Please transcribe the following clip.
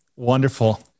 Wonderful